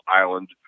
island